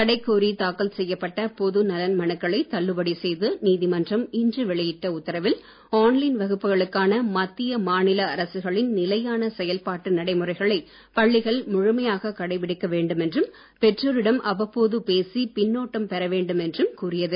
தடை கோரி தாக்கல் செய்யப்பட்ட பொது நலன் மனுக்களை தள்ளுபடி செய்து நீதிமன்றம் இன்று வெளியிட்ட உத்தரவில் ஆன் லைன் வகுப்புகளுக்கான மத்திய மாநில அரசுகளின் நிலையான செயல்பாட்டு நடைமுறைகளை பள்ளிகள் முழுமையாக கடைபிடிக்க வேண்டும் என்றும் பெற்றோரிடம் அவ்வப்போது பேசி பின்னோட்டம் பெற வேண்டும் என்றும் கூறியது